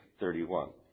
31